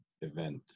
event